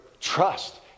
trust